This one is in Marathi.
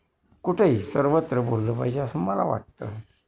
कुठंही सर्वत्र बोललं पाहिजे असं मला वाटतं